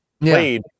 played